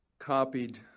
copied